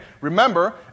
remember